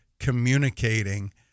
communicating